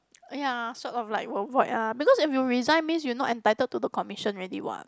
ya sort of like avoid ah because if you resign means you not entitled to the commission already what